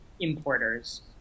importers